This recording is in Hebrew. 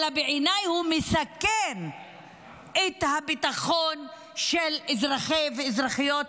אלא שבעיניי הוא מסכן את הביטחון של אזרחי ואזרחיות המדינה.